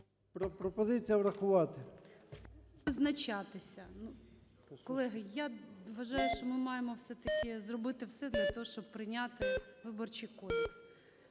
пропозиція врахувати.